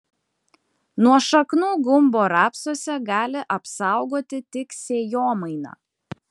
nuo šaknų gumbo rapsuose gali apsaugoti tik sėjomaina